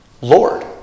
Lord